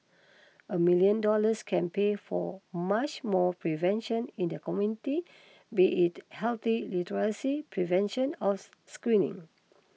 a million dollars can pay for much more prevention in the community be it healthy literacy prevention or screening